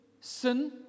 sin